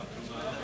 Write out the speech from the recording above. חברי כנסת נכבדים,